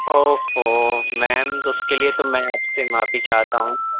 او فو میم تو اُس کے لیے تو میں آپ سے معافی چاہتا ہوں